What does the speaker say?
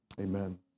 Amen